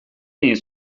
egin